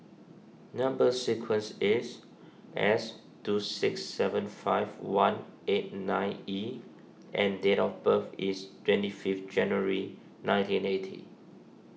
Number Sequence is S two six seven five one eight nine E and date of birth is twenty fifth January nineteen eighty